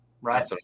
right